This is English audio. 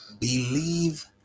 believe